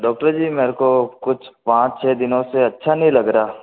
doctor ji मेरे को कुछ पाँच छः दिनों से अच्छा नहीं लग रहा